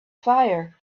fire